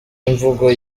imvugo